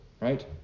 Right